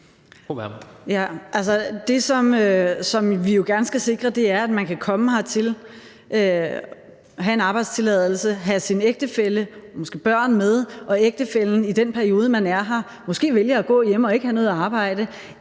det, som vi jo gerne skal sikre, er, at man kan komme hertil med en arbejdstilladelse, have sin ægtefælle og måske børn med, og at ægtefællen i den periode, man er her, kan vælge måske at gå hjemme og ikke have noget arbejde,